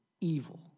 evil